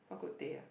Bak-Kut-Teh ah